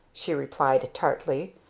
she replied tartly.